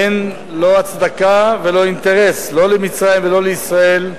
אין, לא הצדקה ולא אינטרס, לא למצרים ולא לישראל,